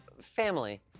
family